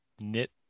knit